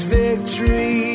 victory